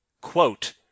Quote